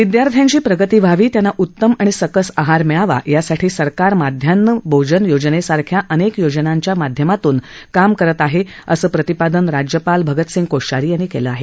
विदयार्थ्यांची प्रगती व्हावी त्यांना उत्तम आणि सकस आहार मिळावा यासाठी सरकार माध्यान्ह भोजन योजनेसारख्या अनेक योजनांच्या माध्यमातून काम करत आहे असं प्रतिपादन राज्यपाल भगतसिंग कोश्यारी यांनी केलं आहे